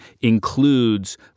includes